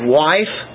wife